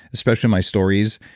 especially my stories.